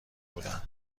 بودن